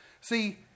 See